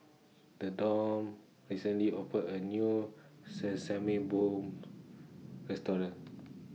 Thedore recently opened A New Sesame Balls Restaurant